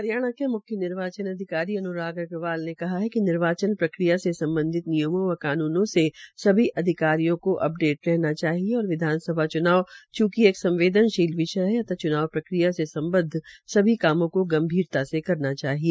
हरियाणा के म्ख्य निर्वाचन अधिकारी अन्राग अग्रवाल ने कहा है कि निर्वाचन प्रक्रिया से सम्बधित नियमों व कानूनो में सभी अधिकारियों के अपडेट रहना चाहिए और विधानसभा च्नाव चूंकि संवदेन शील विषय है अत च्नाव प्रक्रिया से सम्बद्व सभी कामों को गंभीरता से करना चाहिए